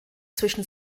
zwischen